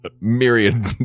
myriad